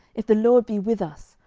if the lord be with us,